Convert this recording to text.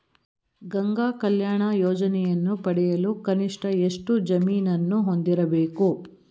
ಗಂಗಾ ಕಲ್ಯಾಣ ಯೋಜನೆಯನ್ನು ಪಡೆಯಲು ಕನಿಷ್ಠ ಎಷ್ಟು ಜಮೀನನ್ನು ಹೊಂದಿರಬೇಕು?